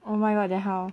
oh my god then how